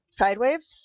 sidewaves